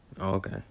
Okay